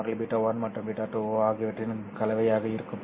பரவல் மாறிலி β1 மற்றும் β2 ஆகியவற்றின் கலவையாக இருக்கும்